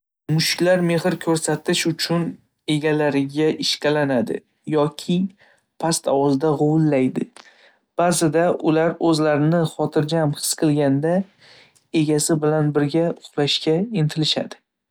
Mushuklar mehr ko‘rsatish uchun egalariga ishqalanadi yoki past ovozda g‘uvillaydi. Ba'zida ular o‘zlarini xotirjam his qilganda egasi bilan birga uxlashga intilishadi.